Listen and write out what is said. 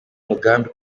mugambi